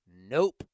Nope